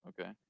Okay